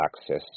access